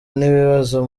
n’ibibazo